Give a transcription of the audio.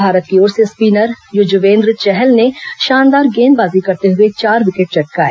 भारत की ओर से स्पिनर युजवेंद चहल ने शानदार गेंदबाजी करते हुए चार विकेट चटकाए